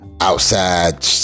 outside